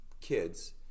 kids